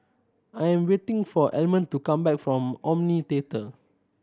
I am waiting for Almond to come back from Omni Theatre